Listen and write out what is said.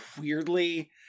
weirdly